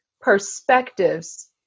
perspectives